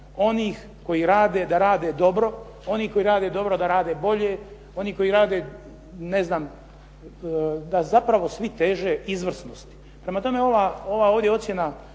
onih koji rade da rade dobro, onih koji rade dobro da rade bolje, onih koji rade ne znam, da zapravo svi teže izvrsnosti. Prema tome, ova ovdje ocjena,